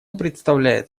представляет